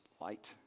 light